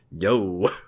Yo